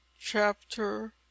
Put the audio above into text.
CHAPTER